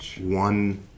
One